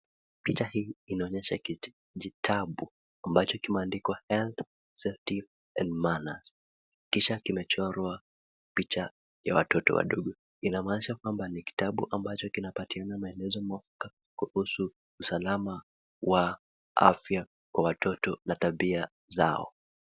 Picha hii inaonyesha kijikitabu ambacho kimeandikwa Health Ceptive and manners kisha kimechorwa picha ya watu wadogo, inaamaanisha kwamba ni kitabu ambacho kinapatiana maelezo mwafaka kuhusu usalama wa afya kwa watoto na tabia zao.